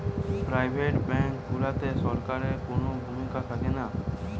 private bank গুলাতে সরকারের কুনো ভূমিকা থাকেনা